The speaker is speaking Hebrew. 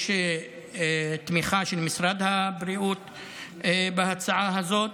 יש תמיכה של משרד הבריאות בהצעה הזאת,